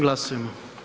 Glasujmo.